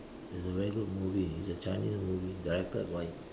it's a very good movie it's a Chinese movie directed by